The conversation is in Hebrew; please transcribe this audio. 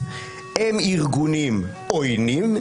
הם ארגונים עוינים,